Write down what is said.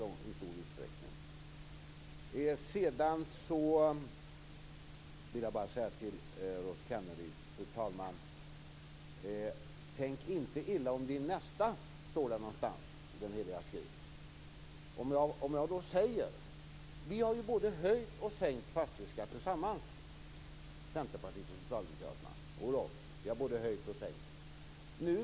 Jag vill vidare till Rolf Kenneryd bara säga att det någonstans i den heliga skrift står: Tänk inte illa om din nästa! Vi har från Socialdemokraterna och Centerpartiet tillsammans både höjt och sänkt fastighetsskatten.